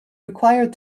required